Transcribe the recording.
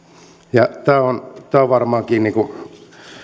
tämä on tämä on varmaankin